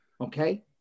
Okay